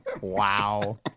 Wow